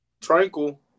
Tranquil